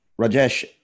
Rajesh